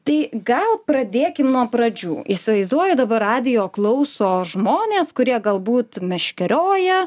tai gal pradėkim nuo pradžių įsivaizduoju dabar radijo klauso žmonės kurie galbūt meškerioja